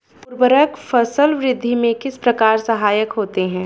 उर्वरक फसल वृद्धि में किस प्रकार सहायक होते हैं?